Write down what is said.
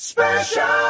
Special